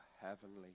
heavenly